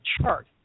chart